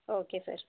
okay sir